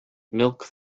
milk